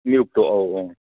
ꯃꯦꯔꯨꯛꯇꯣ ꯑꯧ ꯑꯧ